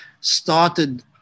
started